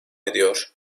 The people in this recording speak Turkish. ediyor